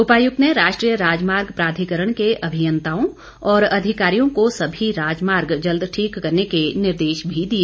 उपायुक्त ने राष्ट्रीय राजमार्ग प्राधिकरण के अभियंताओं और अधिकारियों को सभी राजमार्ग जल्द ठीक करने के निर्देश भी दिए